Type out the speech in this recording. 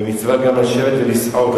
ומצווה גם לשבת ולסחור,